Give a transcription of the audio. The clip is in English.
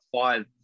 five